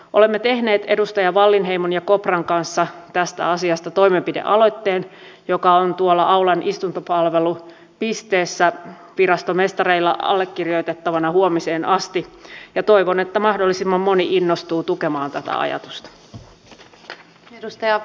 olemme tehneet edustaja wallinheimon ja kopran kanssa tästä asiasta toimenpidealoitteen joka on tuolla aulan istuntopalvelupisteessä virastomestareilla allekirjoitettavana huomiseen asti ja toivon että mahdollisimman moni innostuu tukemaan tätä ajatusta